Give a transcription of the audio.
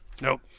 Nope